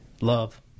love